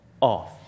off